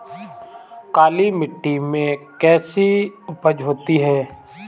काली मिट्टी में कैसी उपज होती है?